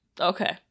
Okay